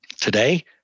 Today